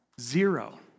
Zero